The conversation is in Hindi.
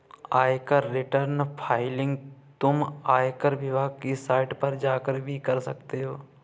आयकर रिटर्न फाइलिंग तुम आयकर विभाग की साइट पर जाकर भी कर सकते हो